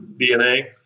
DNA